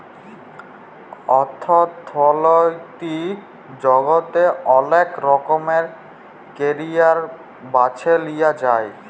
অথ্থলৈতিক জগতে অলেক রকমের ক্যারিয়ার বাছে লিঁয়া যায়